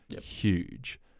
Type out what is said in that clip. huge